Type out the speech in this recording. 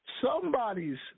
somebody's